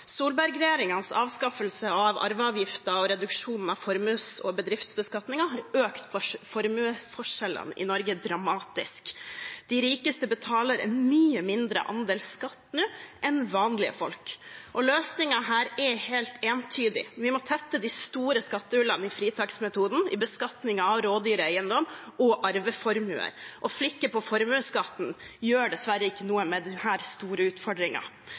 avskaffelse av arveavgiften og reduksjon av formues- og bedriftsbeskatningen har økt formuesforskjellene i Norge dramatisk. De rikeste betaler en mye mindre andel skatt nå enn vanlige folk, og løsningen her er helt entydig: Vi må tette de store skattehullene i fritaksmetoden i beskatningen av rådyre eiendommer og arveformuer. Å flikke på formuesskatten gjør dessverre ikke noe med denne store